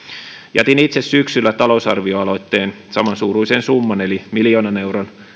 jätin itse syksyllä talousarvioaloitteen samansuuruisen summan eli miljoonan euron